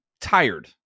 tired